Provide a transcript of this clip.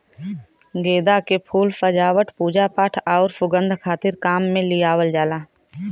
गेंदा के फूल सजावट, पूजापाठ आउर सुंगध खातिर काम में लियावल जाला